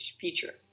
feature